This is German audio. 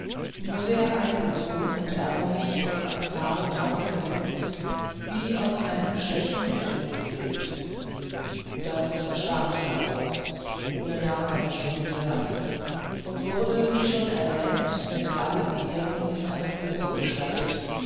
nur sehr eingezogen und ärmlich auf ein paar trockenen lippen wie auf einem schlechten witwengut lebte dort verstarb sie auch ohne nachkommen zu hinterlassen und wurde wie schon erwähnt mit allen ehren in einem buche bestattet